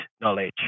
knowledge